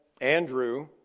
Andrew